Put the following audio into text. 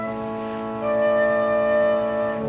hum